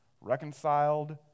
Reconciled